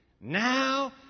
Now